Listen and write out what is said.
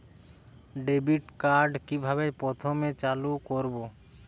Debit card কিভাবে প্রথমে চালু করব?